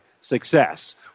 success